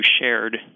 shared